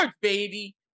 baby